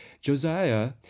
Josiah